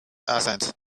accent